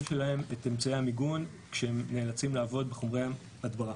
שלהם את אמצעי המיגון כשהם נאלצים לעבוד עם חומרי הדברה.